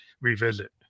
revisit